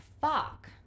fuck